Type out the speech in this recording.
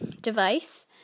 device